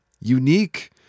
unique